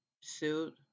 suit